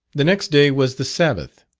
the next day was the sabbath.